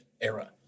era